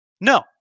No